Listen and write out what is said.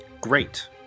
Great